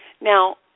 now